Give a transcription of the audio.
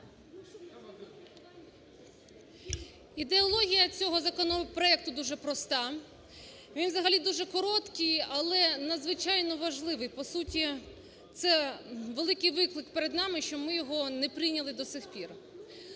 Ідеологія цього законопроекту дуже проста, він взагалі дуже короткий, але надзвичайно важливий. По суті, це великий виклик перед нами, що ми його не прийняли до цих пір.